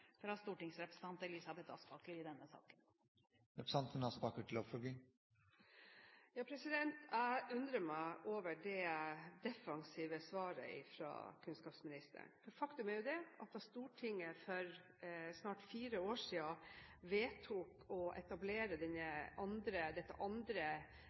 fra stortingsrepresentant Elisabeth Aspaker i denne saken. Jeg undrer meg over det defensive svaret fra kunnskapsministeren, for faktum er at da Stortinget for snart fire år siden vedtok å etablere dette andre